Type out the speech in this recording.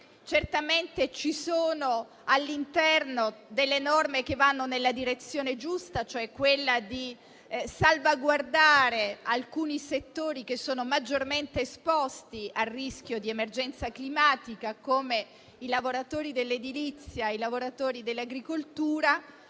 certamente ci sono al suo interno delle norme che vanno nella direzione giusta, cioè quella di salvaguardare alcuni settori maggiormente esposti al rischio di emergenza climatica, come i lavoratori dell'edilizia e i lavoratori dell'agricoltura.